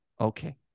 okay